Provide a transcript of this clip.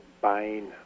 buying